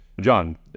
John